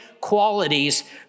qualities